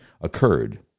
occurred